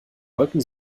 wolken